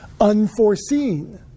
unforeseen